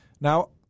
now